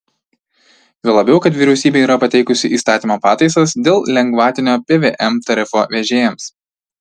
juo labiau kad vyriausybė yra pateikusi įstatymo pataisas dėl lengvatinio pvm tarifo vežėjams